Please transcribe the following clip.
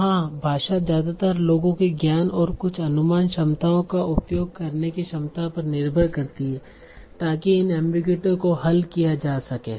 तो हाँ भाषा ज्यादातर लोगों के ज्ञान और कुछ अनुमान क्षमताओं का उपयोग करने की क्षमता पर निर्भर करती है ताकि इन एमबीगुइटी को हल किया जा सके